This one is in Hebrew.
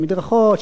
שאי-אפשר לסמן.